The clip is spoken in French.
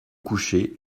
coucher